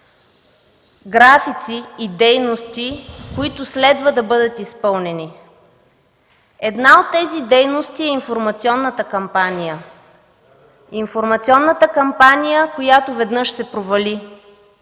графици и дейности, които следва да бъдат изпълнени. Една от тези дейности е информационната кампания, която веднъж се провали.